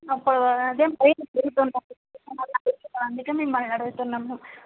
అందుకే మిమ్మల్ని అడుగుతున్నాము